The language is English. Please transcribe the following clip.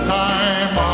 time